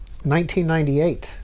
1998